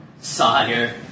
Sire